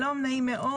שלום נעים מאוד.